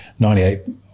98